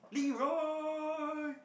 Leroy